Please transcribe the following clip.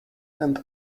and